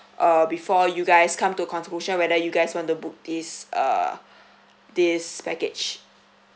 uh before you guys come to a conclusion whether you guys want to book this uh this package